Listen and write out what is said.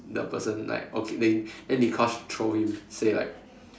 the person like okay then then Dee-Kosh troll him say like